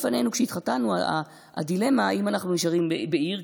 וכשהתחתנו עמדה בפנינו הדילמה אם אנחנו נשארים בעיר,